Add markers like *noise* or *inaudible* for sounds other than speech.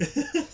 *laughs*